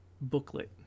booklet